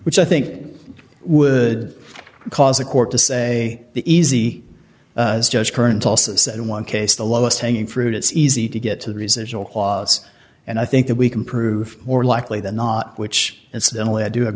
which i think would cause a court to say the easy judge current also said in one case the lowest hanging fruit it's easy to get to the residual clause and i think that we can prove more likely than not which incidentally i do